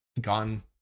gone